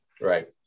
Right